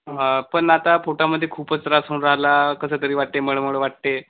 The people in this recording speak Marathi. हा पण आता पोटामध्ये खूपच त्रास होऊन राहिला कसंतरी वाटते मळमळ वाटते